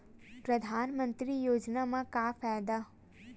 परधानमंतरी योजना म का फायदा?